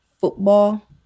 Football